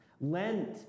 Lent